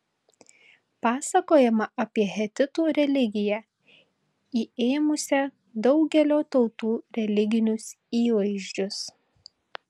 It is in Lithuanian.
pasakojama apie hetitų religiją įėmusią daugelio tautų religinius įvaizdžius